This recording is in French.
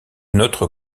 notre